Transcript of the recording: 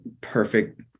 perfect